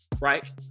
right